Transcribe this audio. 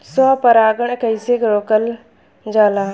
स्व परागण कइसे रोकल जाला?